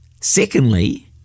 Secondly